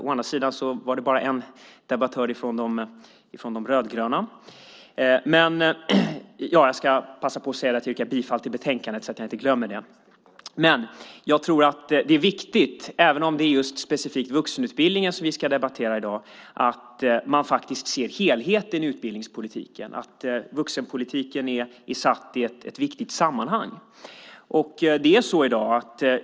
Å andra sidan är det bara en debattör från de rödgröna. Jag ska passa på att säga att jag yrkar bifall till förslaget i betänkandet, så att jag inte glömmer det. Men även om det specifikt är vuxenutbildningen som vi ska debattera i dag tror jag att det är viktigt att man faktiskt ser helheten i utbildningspolitiken, att vuxenutbildningen sätts i ett viktigt sammanhang.